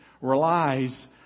relies